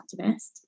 activist